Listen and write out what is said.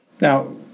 Now